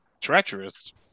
treacherous